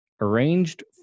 arranged